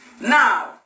Now